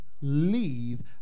leave